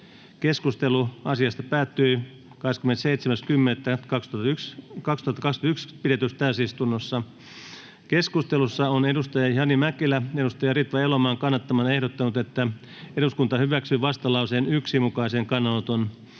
Keskustelu asiasta päättyi 27.10.2021 pidetyssä täysistunnossa. Keskustelussa on Jani Mäkelä Ritva Elomaan kannattamana ehdottanut, että eduskunta hyväksyy vastalauseen 1 mukaisen kannanoton,